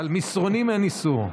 על מסרונים אין איסור.